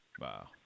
Wow